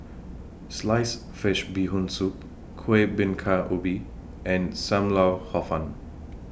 Sliced Fish Bee Hoon Soup Kueh Bingka Ubi and SAM Lau Hor Fun